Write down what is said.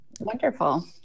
Wonderful